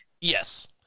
Yes